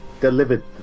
delivered